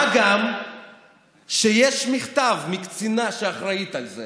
מה גם שיש מכתב מקצינה שאחראית על זה